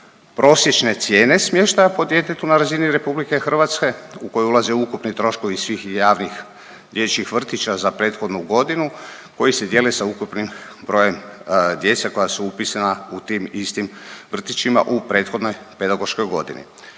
Prosječne cijene smještaja po djetetu na razini RH u koju ulaze ukupni troškovi svih javnih dječjih vrtića za prethodnu godinu koji se dijele sa ukupnim brojem djece koja su upisana u tim istim vrtićima u prethodnoj pedagoškoj godini,